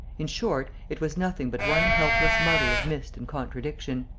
in short, it was nothing but one helpless muddle of mist and contradiction.